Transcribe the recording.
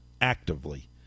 actively